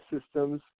systems